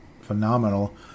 phenomenal